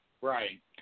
right